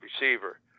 receiver